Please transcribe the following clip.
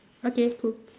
okay cool